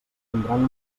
tindran